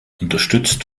unterstützt